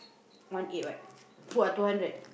one eight what put ah two hundred